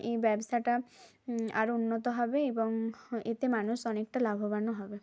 এই ব্যবসাটা আরও উন্নত হবে এবং এতে মানুষ অনেকটা লাভবানও হবে